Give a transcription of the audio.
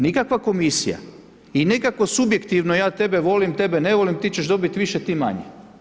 Nikakva Komisija i nikakvo subjektivno ja tebe volim, tebe ne volim, ti ćeš dobiti više, ti manje.